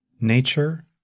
nature